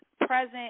present